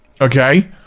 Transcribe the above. Okay